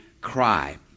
cry